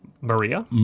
Maria